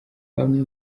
bamwe